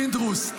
פינדרוס,